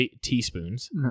Teaspoons